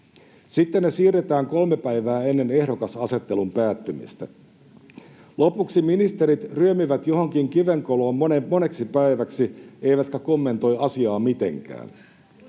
Sitten ne siirretään 3 päivää ennen ehdokasasettelun päättymistä. Lopuksi ministerit ryömivät johonkin kivenkoloon moneksi päiväksi eivätkä kommentoi asiaa mitenkään.